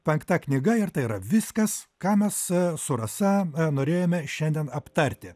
penkta knyga ir tai yra viskas ką mes su rasa norėjome šiandien aptarti